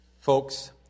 Folks